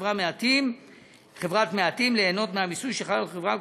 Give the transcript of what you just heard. חברת מעטים ליהנות מהמיסוי שחל על החברה,